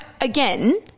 again